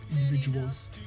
individuals